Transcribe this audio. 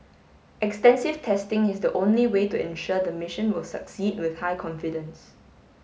extensive testing is the only way to ensure the mission will succeed with high confidence